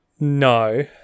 No